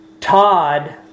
Todd